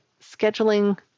scheduling